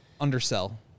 undersell